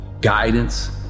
guidance